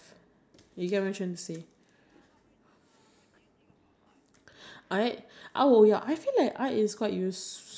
or they like they require you to like at least know Microsoft Word Microsoft Excel I mean how to use